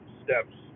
steps